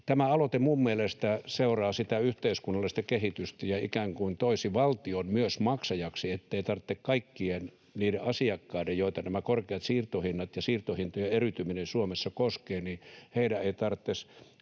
Tämä aloite minun mielestä seuraa sitä yhteiskunnallista kehitystä ja ikään kuin toisi valtion myös maksajaksi, ettei kaikkien niiden asiakkaiden, joita nämä korkeat siirtohinnat ja siirtohintojen eriytyminen Suomessa koskevat, tarvitse